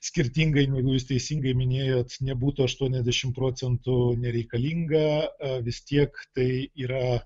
skirtingai negu jūs teisingai minėjot nebūtų aštuoniasdešim procentų nereikalinga vis tiek tai yra